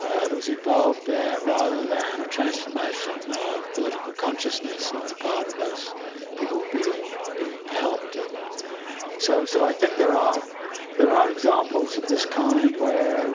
that was involved there, rather than a transformation of political consciousness on the part of those people being being helped. and and so so i think there are there are examples of this kind where